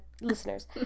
listeners